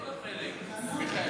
לכל החיילים.